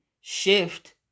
shift